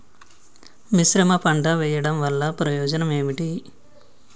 మిశ్రమ పంట వెయ్యడం వల్ల ప్రయోజనం ఏమిటి?